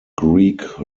greek